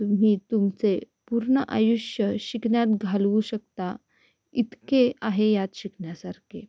तुम्ही तुमचे पूर्ण आयुष्य शिकण्यात घालवू शकता इतके आहे यात शिकण्यासारखे